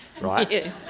right